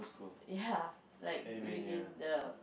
ya like within the